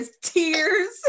tears